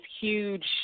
huge